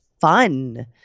fun